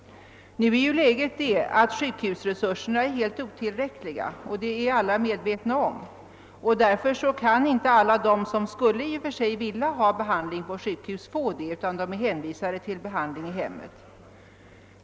Nu är läget det att sjukhusresurserna är helt otillräckliga, och det är alla medvetna om. Därför kan inte alla de som i och för sig skulle vilja ha behandling på sjukhus få detta, utan blir hänvisade till behandling i hemmet.